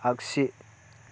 आगसि